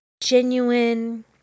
genuine